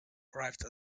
arrive